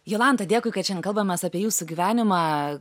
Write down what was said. jolanta dėkui kad šiandien kalbamės apie jūsų gyvenimą